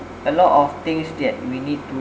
a lot of things that we need to